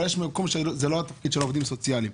יש דברים שהם לא מתפקיד העובדים הסוציאליים.